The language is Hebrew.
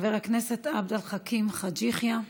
חבר הכנסת עבד אל חכים חאג' יחיא,